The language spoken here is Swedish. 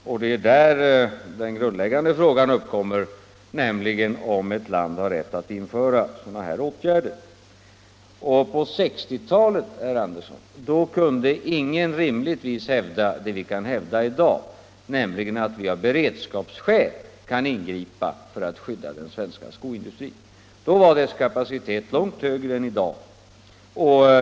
Och det är där den grundläggande frågan uppkommer, nämligen om ett land har rätt att vidta sådana här åtgärder. På 1960-talet kunde ingen rimligtvis hävda det som vi kan hävda i dag, nämligen att regeringen av beredskapsskäl måste ingripa för att skydda den svenska skoindustrin. Då var dess kapacitet långt högre än den är i dag.